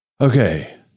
Okay